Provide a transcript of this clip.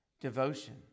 Devotion